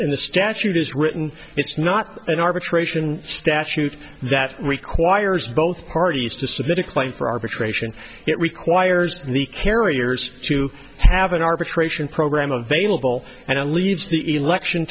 and the statute is written it's not an arbitration statute that requires both parties to submit a claim for arbitration it requires the carriers to have an arbitration program available and leaves the election